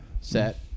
set